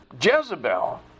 Jezebel